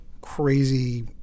crazy